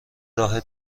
راه